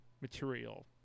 material